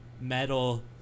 metal